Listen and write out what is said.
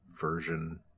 version